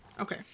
Okay